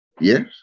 Yes